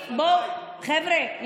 חבר'ה,